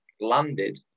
landed